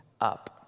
up